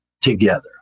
together